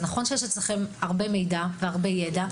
זה נכון שיש אצלכם הרבה מידע וידע,